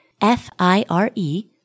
F-I-R-E